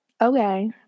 Okay